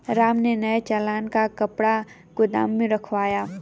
राम ने नए चालान का कपड़ा गोदाम में रखवाया